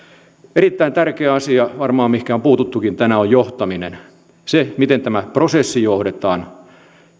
erittäin tärkeä asia varmaan mihin on puututtukin tänään on johtaminen se miten tätä prosessia johdetaan